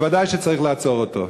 ודאי שצריך לעצור אותו.